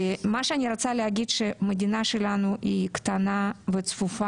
מה שאני רוצה להגיד שהמדינה שלנו היא קטנה וצפופה.